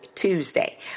Tuesday